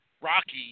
Rocky